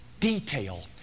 detail